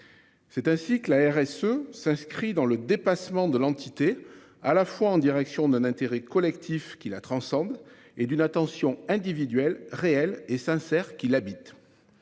C'est ainsi que la RSE s'inscrit dans le dépassement de l'entité à la fois en direction de l'intérêt collectif qui la transcende et d'une attention individuelle réelle et sincère qu'il habite.